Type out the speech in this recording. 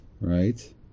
right